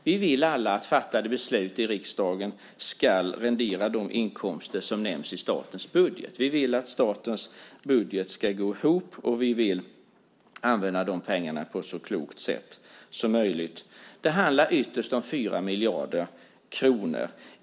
Vi vill alla att beslut som är fattade i riksdagen ska rendera de inkomster som nämns i statens budget. Vi vill att statens budget ska gå ihop, och vi vill använda de pengarna på ett så klokt sätt som möjligt. Det handlar ytterst om 4 miljarder kronor.